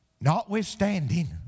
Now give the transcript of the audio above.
notwithstanding